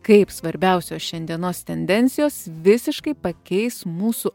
kaip svarbiausios šiandienos tendencijos visiškai pakeis mūsų